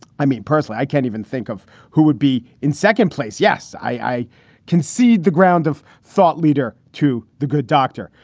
i mean, personally, i can't even think of who would be in second place. yes, i can see the ground of thought leader to the good doctor.